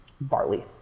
barley